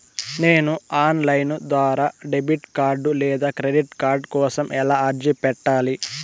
నేను online ద్వారా debit card లేదా క్రెడిట్ కార్డు కోసం ఎలా అర్జీ పెట్టాలి?